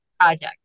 Project